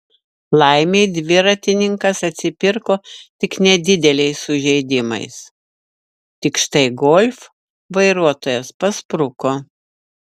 laimei dviratininkas atsipirko tik nedideliais sužeidimais tik štai golf vairuotojas paspruko